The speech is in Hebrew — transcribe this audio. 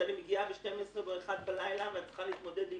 שאני מגיעה ב-12 או ב-1 בלילה וצריכה להתמודד עם